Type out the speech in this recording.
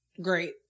great